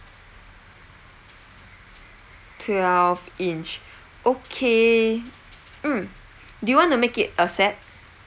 twelve inch okay mm do you want to make it a set